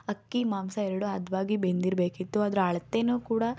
ಅಕ್ಕಿ ಮಾಂಸ ಎರಡೂ ಹದವಾಗಿ ಬೆಂದಿರಬೇಕಿತ್ತು ಅದ್ರ ಅಳ್ತೆಯೂ ಕೂಡ